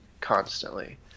constantly